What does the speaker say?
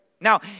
Now